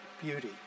beauty